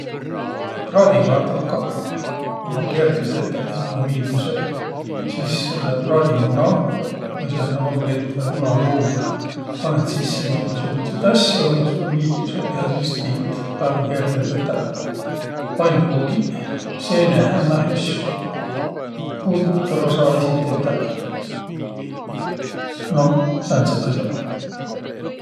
Praadikardohkaq ommaq kergeq tetäq ja mullõ miildüseq. Sis praadimuna vai sääne omlett vai munaruug. Panõt sisse mitmõsugutsit asjo, miä sullõ miildüseq ja sis tiit. Väega kerge tetäq. Pannkoogiq, seenehämmähüs, putro saa esiq tetäq. Noq, sääntseq as'aq.